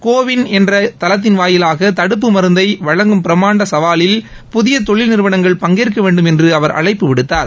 CoWIN என்ற தளத்தின் வாயிலாக தடுப்பு மருந்தை வழங்கும் பிரம்மாண்ட சவாலில் புதிய தொழில் நிறுவனங்கள் பங்கேற்க வேண்டும் என்று அவர் அழைப்பு விடுத்தார்